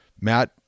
matt